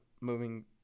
moving